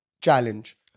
challenge